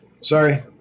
sorry